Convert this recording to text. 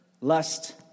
Lust